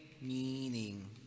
meaning